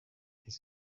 his